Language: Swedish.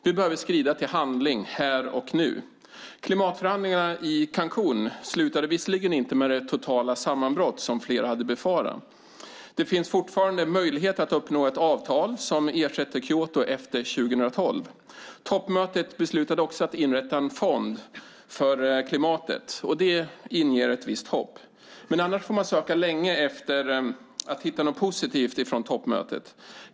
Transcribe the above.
Vi behöver skrida till handling här och nu. Klimatförhandlingarna i Cancún slutade visserligen inte med det totala sammanbrott som flera hade befarat - det finns fortfarande möjlighet att uppnå ett avtal som ersätter Kyoto efter 2012. Toppmötet beslutade också att inrätta en fond för klimatet, och det inger ett visst hopp. Annars får man dock söka länge för att hitta något positivt från toppmötet.